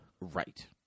Right